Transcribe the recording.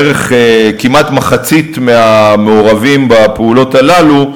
בערך כמעט מחצית מהמעורבים בפעולות הללו,